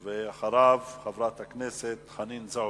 ואחריו, חברת הכנסת חנין זועבי.